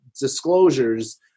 disclosures